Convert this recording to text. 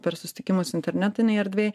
per susitikimus internetinėj erdvėj